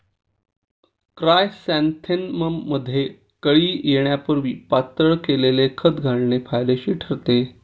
क्रायसॅन्थेमममध्ये कळी येण्यापूर्वी पातळ केलेले खत घालणे फायदेशीर ठरते